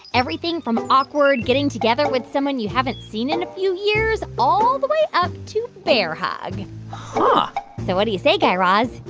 everything from awkward getting together with someone you haven't seen in a few years all the way up to bear hug huh so what do you say, guy raz?